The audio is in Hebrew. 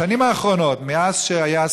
בשנים האחרונות, מאז שהיה